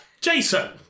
Jason